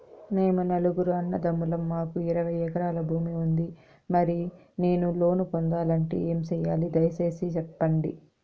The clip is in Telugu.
మేము నలుగురు అన్నదమ్ములం మాకు ఇరవై ఎకరాల భూమి ఉంది, మరి నేను లోను పొందాలంటే ఏమి సెయ్యాలి? దయసేసి సెప్పండి?